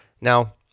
Now